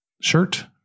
shirt